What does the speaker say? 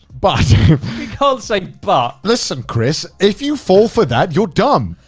but we can't say but. listen, chris if you fall for that, you're dumb.